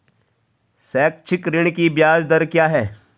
शैक्षिक ऋण की ब्याज दर क्या है?